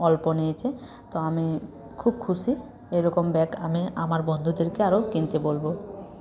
অল্প নিয়েছে তো আমি খুব খুশি এইরকম ব্যাগ আমি আমার বন্ধুদেরকে আরো কিনতে বলব